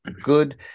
Good